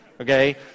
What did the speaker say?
Okay